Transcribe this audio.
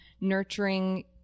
nurturing